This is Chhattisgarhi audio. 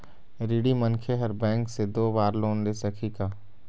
ऋणी मनखे हर बैंक से दो बार लोन ले सकही का?